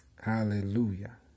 Hallelujah